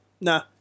nah